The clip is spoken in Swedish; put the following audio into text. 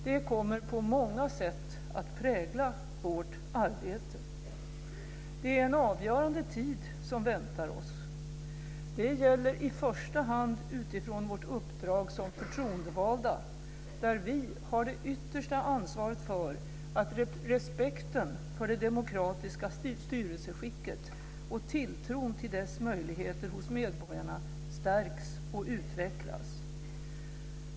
Det kommer på många sätt att prägla vårt arbete. Det är en avgörande tid som väntar oss. Det gäller i första hand utifrån vårt uppdrag som förtroendevalda, där vi har det yttersta ansvaret för att respekten för det demokratiska styrelseskicket och tilltron till dess möjligheter hos medborgarna stärks och utvecklas.